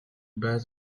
base